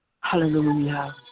Hallelujah